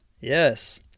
Yes